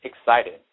excited